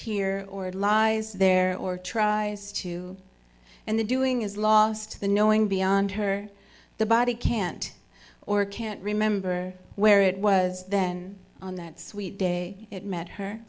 here or lies there or tries to and the doing is lost the knowing beyond her the body can't or can't remember where it was then on that sweet day it met her